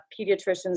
pediatricians